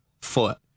foot